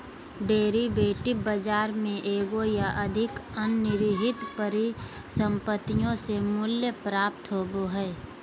derivative बाजार में एगो या अधिक अंतर्निहित परिसंपत्तियों से मूल्य प्राप्त होबो हइ